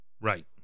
Right